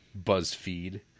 Buzzfeed